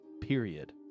period